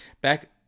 back